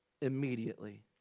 immediately